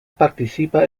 participa